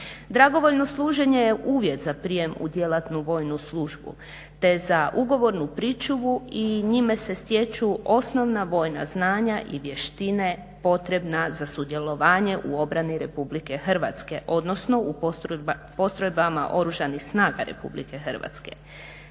Dragovoljno služenje je uvjet za prijem u djelatnu vojnu službu te za ugovornu pričuvu i njime se stječu osnovna vojna znanja i vještine potrebna za sudjelovanje u obrani Republike Hrvatske, odnosno u postrojbama Oružanih snaga Republike Hrvatske.